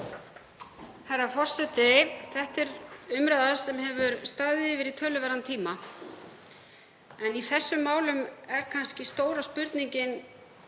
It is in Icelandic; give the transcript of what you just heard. Þetta er umræða sem staðið hefur yfir í töluverðan tíma. En í þessum málum er kannski stóra spurningin